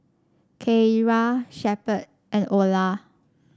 Keira Shepherd and Ola